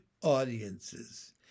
audiences